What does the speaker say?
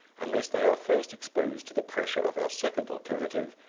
unless they are first exposed to the pressure of our second alternative,